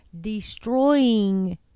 destroying